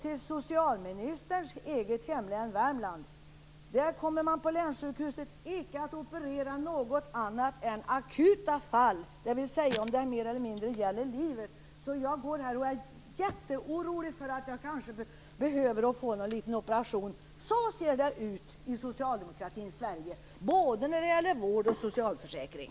I socialministerns eget hemlän Värmland kommer man på länssjukhuset att operera endast akuta fall, dvs. bara om det mer eller mindre gäller livet. Jag är därför mycket orolig för att jag skall behöva genomgå någon liten operation. Så ser det alltså ut i socialdemokratins Sverige, både när det gäller vård och när det gäller socialförsäkring.